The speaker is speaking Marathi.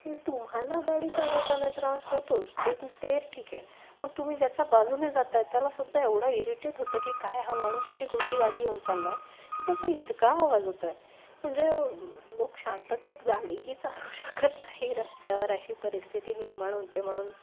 तुम्हाला गाडी चालवताना त्रास होतोच ते ते ठीक आहे पण तुम्ही ज्याचा बाजून जाताय त्यालासुद्धा एवढं इरिटेट होतं की काय हा माणूस अशी कोणती गाडी घेऊन चाललाय की त्याचा इतका आवाज होतोय म्हणजे लोक शांततेत गाडीही चालवू शकत नाही रस्त्यावर अशी परिस्थिती निर्माण होते म्हणून